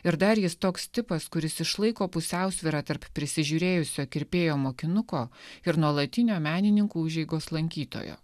ir dar jis toks tipas kuris išlaiko pusiausvyrą tarp prisižiūrėjusio kirpėjo mokinuko ir nuolatinio menininkų užeigos lankytojo